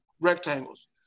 rectangles